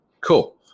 Cool